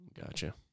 Gotcha